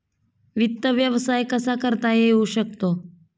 वित्त व्यवसाय कसा करता येऊ शकतो?